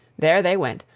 there they went,